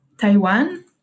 Taiwan